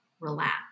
relax